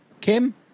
Kim